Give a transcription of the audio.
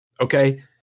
Okay